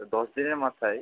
তো দশ দিনের মাথায়